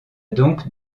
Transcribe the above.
donc